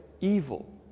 evil